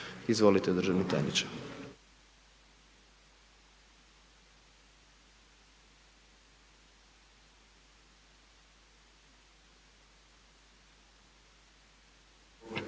i kolege, državni tajniče.